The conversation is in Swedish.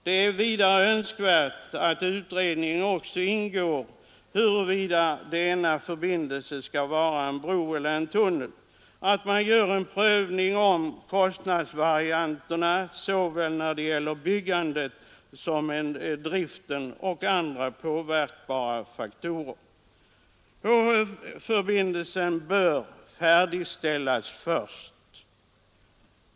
Det är vidare önskvärt att utredningen också undersöker huruvida denna förbindelse skall vara bro eller tunnel och att man gör en prövning av kostnadsvarianterna när det gäller såväl byggandet som driften och andra påverkbara faktorer. HH-förbindelsen bör färdigställas först.